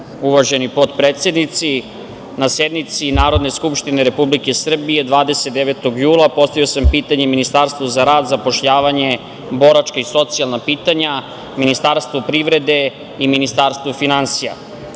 Dačiću. Uvaženi potpredsednici, na sednici Narodne skupštine Republike Srbije, 29. jula postavio sam pitanje Ministarstvu za rad, zapošljavanje, boračka i socijalna pitanja, Ministarstvu privrede i Ministarstvu finansija,